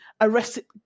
arrested